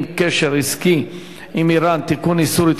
הכלכלית לשנים 2011 ו-2012 (תיקוני חקיקה),